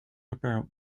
about